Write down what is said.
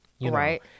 Right